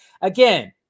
again